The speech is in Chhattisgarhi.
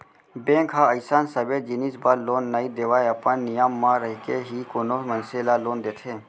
बेंक ह अइसन सबे जिनिस बर लोन नइ देवय अपन नियम म रहिके ही कोनो मनसे ल लोन देथे